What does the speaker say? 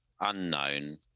unknown